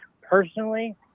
personally